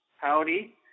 Howdy